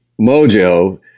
Mojo